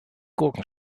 gurken